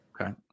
Okay